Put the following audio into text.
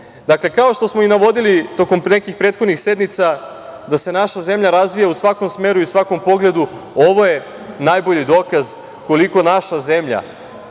tome. Kao što smo i navodili tokom nekih prethodnih sednica, da se naša zemlja razvija u svakom smeru i svakom pogledu, ovo je najbolji dokaz koliko naša zemlja,